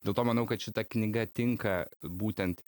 dėl to manau kad šita knyga tinka būtent